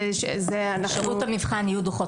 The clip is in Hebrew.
משירות המבחן יהיו דוחות